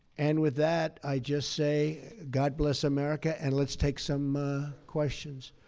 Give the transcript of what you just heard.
and with that, i'd just say, god bless america, and let's take some questions.